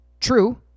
true